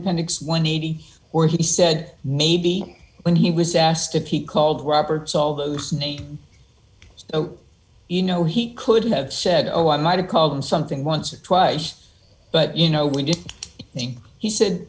appendix when eighty or he said maybe when he was asked if he called roberts all those names you know he could have said oh i might have called him something once or twice but you know when you think he said